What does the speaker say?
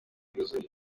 yuzuye